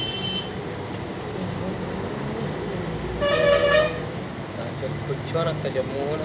घूंघरू, नियांग मेघा, अगोंडा गोवा आ टेनी वो भारत मे सुअर के पंजीकृत नस्ल छियै